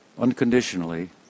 unconditionally